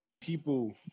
people